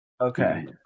Okay